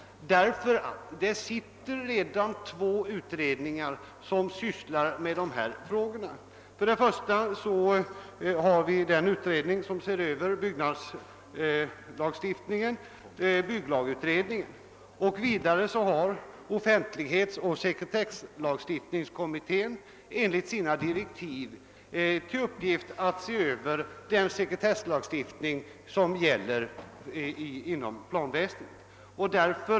Det sitter redan två utredningar som sysslar med dessa frågor: dels bygglagutredningen som har att se över byggnadslagstiftningen, dels offentlighetsoch sekretesslagstiftningskommittén, som enligt sina direktiv har till uppgift att se över den sekretesslagstiftning som gäller inom planväsendet.